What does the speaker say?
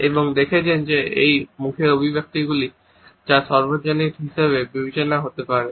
এবং দেখেছেন যে এই মুখের অভিব্যক্তিগুলি যা সার্বজনীন হিসাবে বিবেচিত হতে পারে